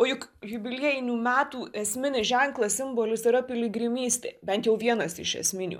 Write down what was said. o juk jubiliejinių metų esminis ženklas simbolis yra piligrimystė bent jau vienas iš esminių